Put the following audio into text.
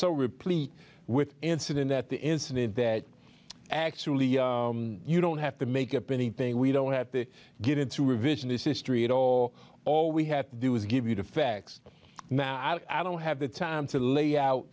replete with incident that the incident that actually you don't have to make up anything we don't have to get into revisionist history at all all we have to do is give you the facts now i don't have the time to lay out